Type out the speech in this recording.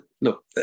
Look